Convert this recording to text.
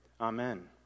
Amen